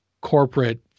corporate